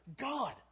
God